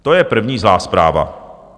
To je první zlá zpráva.